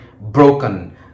broken